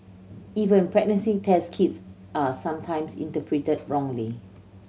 even pregnancy test kits are sometimes interpreted wrongly